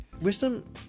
Wisdom